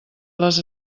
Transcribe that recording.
les